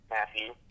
Matthew